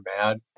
mad